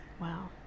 Wow